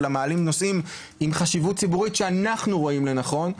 אלא מעלים נושאים עם חשיבות ציבורית שאנחנו רואים לנכון.